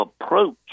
approach